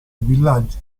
villaggi